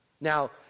Now